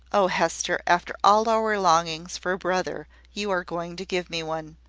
oh, hester, after all our longings for a brother, you are going to give me one!